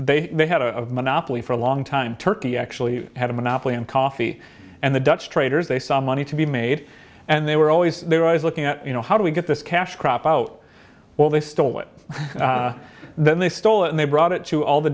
they had a monopoly for a long time turkey actually had a monopoly on coffee and the dutch trade there's a some money to be made and they were always there i was looking at you know how do we get this cash crop out well they stole it then they stole it and they brought it to all the